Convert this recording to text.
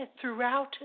throughout